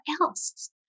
else